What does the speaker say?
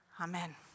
Amen